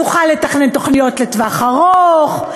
נוכל לתכנן תוכניות לטווח ארוך,